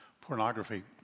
pornography